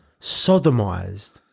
sodomized